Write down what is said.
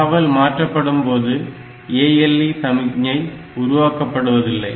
தகவல் மாற்றப்படும்போது ALE சமிக்ஞை உருவாக்கப்படுவதில்லை